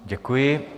Děkuji.